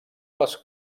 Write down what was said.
les